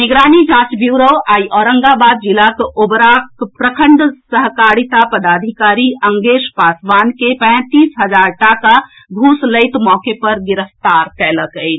निगरानी जांच ब्यूरो आई औरंगाबाद जिलाक ओबराक प्रखंड सहकारिता पदाधिकारी अंगेश पासवान के पैंतीस हजार टाका घूस लैत मौके पर गिरफ्तार कएलक अछि